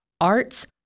arts